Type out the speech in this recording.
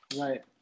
Right